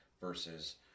versus